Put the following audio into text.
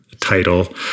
title